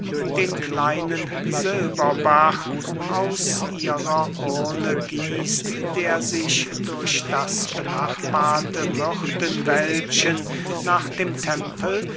den kleinen silberbach aus ihrer urne gießt der sich durch das benachbarte myrtenwäldchen nach dem tempel